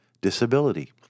disability